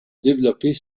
développer